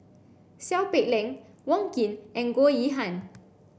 Seow Peck Leng Wong Keen and Goh Yihan